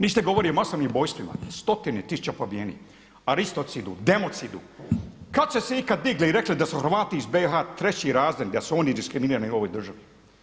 Niste govorili o masovnim ubojstvima stotine tisuće pobijenih, aristocidu, democidu, kada ste se ikad digli i rekli da su Hrvati iz BiH treći razred, da su oni diskriminirani u ovoj državi?